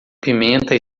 pimenta